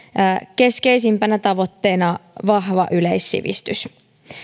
keskeisimpänä tavoitteena vahva yleissivistys